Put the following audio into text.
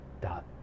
dot